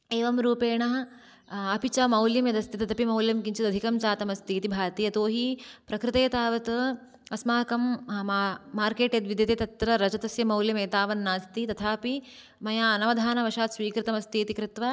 एवं रूपेण अपि च मौल्यं यदस्ति तदपि मौल्यं किञ्चित् अधिकं जातं अस्ति इति भाति यतोहि प्रकृते तावत् अस्माकं मार्केट् यत् विद्यते तत्र रजतस्य मौल्यम् एतावन्नास्ति तथापि मया अनवधानवशात् स्वीकृतमस्ति इति कृत्वा